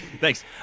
Thanks